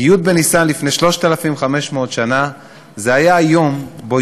כי י' בניסן לפני 3,500 שנה היה היום שבו